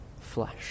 flesh